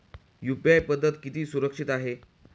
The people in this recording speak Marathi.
यु.पी.आय पद्धत किती सुरक्षित आहे?